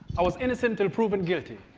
i was innocent till proven guilty.